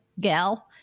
gal